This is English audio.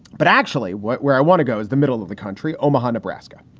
but actually, what where i want to go is the middle of the country. omaha, nebraska.